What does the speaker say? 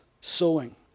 sowing